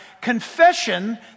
confession